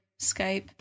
Skype